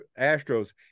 Astros